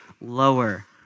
lower